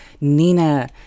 Nina